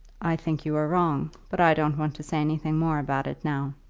i think you were wrong, but i don't want to say anything more about it now.